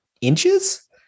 inches